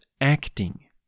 acting